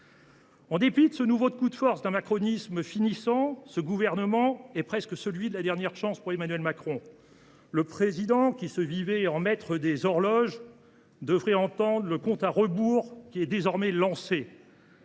En dépit de ce nouveau coup de force d’un macronisme finissant, le gouvernement sur le point d’être nommé sera presque celui de la dernière chance pour Emmanuel Macron. Le président qui se voyait en maître des horloges devrait entendre le compte à rebours qui est désormais lancé,